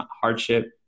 hardship